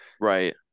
Right